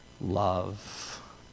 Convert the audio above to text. love